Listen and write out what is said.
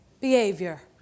behavior